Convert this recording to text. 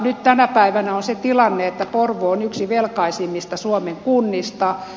nyt tänä päivänä on se tilanne että porvoo on yksi velkaisimmista suomen kunnista